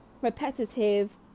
repetitive